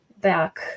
back